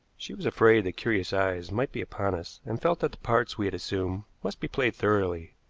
she was afraid that curious eyes might be upon us, and felt that the parts we had assumed must be played thoroughly.